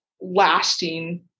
lasting